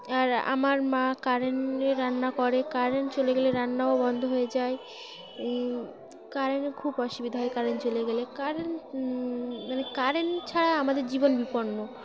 আর আমার মা কারেন্টে রান্না করে কারেন্ট চলে গেলে রান্নাও বন্ধ হয়ে যায় কারেন্ট খুব অসুবিধা হয় কারেন্ট চলে গেলে কারেন্ট মানে কারেন্ট ছাড়া আমাদের জীবন বিপন্ন